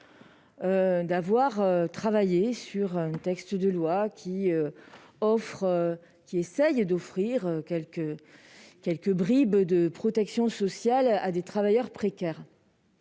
d'avoir travaillé sur un texte de loi qui essaie d'offrir quelques bribes de protection sociale à des travailleurs précaires,